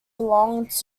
belonged